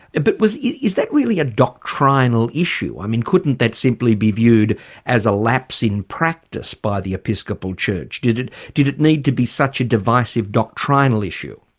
but was, is that really a doctrinal issue? i mean couldn't that simply be viewed as a lapse in practice by the episcopal church? did did it need to be such a divisive doctrinal issue?